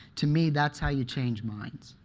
to me, that's how you change minds,